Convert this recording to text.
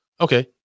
Okay